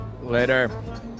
Later